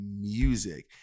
music